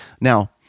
Now